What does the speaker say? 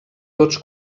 tots